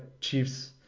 Chiefs